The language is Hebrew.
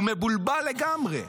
הוא מבולבל לגמרי.